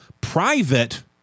Private